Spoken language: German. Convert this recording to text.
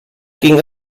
ging